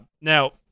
Now